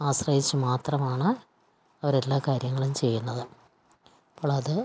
ആശ്രയിച്ച് മാത്രമാണ് അവരെല്ലാ കാര്യങ്ങളും ചെയ്യുന്നത് അപ്പോളത്